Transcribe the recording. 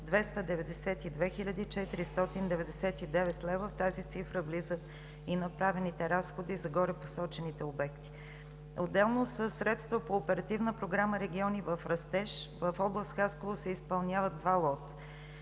хил. 499 лв. В тази цифра влизат и направените разходи за горепосочените обекти. Отделно със средства по Оперативна програма „Региони в растеж“ в област Хасково се изпълняват два лота